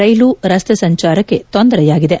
ರೈಲು ರಸ್ತೆ ಸಂಚಾರಕ್ಕೆ ತೊಂದರೆಯಾಗಿದೆ